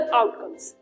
outcomes